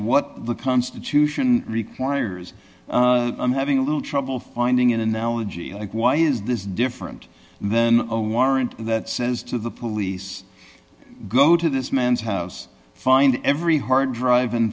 what the constitution requires i'm having a little trouble finding an analogy like why is this different then a warrant that says to the police go to this man's house find every hard drive